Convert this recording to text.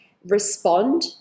respond